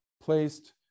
placed